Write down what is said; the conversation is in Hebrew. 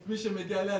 מי שמגיע אליי,